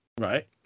right